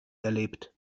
erlebt